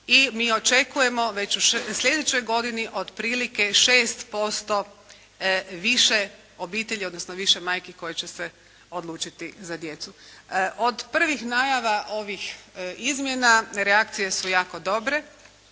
i mi očekujemo već u slijedećoj godini otprilike 6% više obitelji odnosno više majki koje će se odlučiti za djecu. Od prvih najava ovih izmjena reakcije su jako dobre